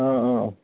औ औ